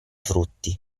frutti